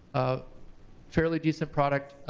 a fairly decent product.